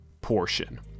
portion